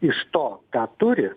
iš to ką turi